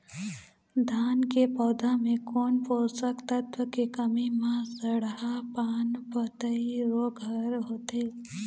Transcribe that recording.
धान के पौधा मे कोन पोषक तत्व के कमी म सड़हा पान पतई रोग हर होथे?